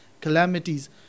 calamities